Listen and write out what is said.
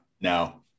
No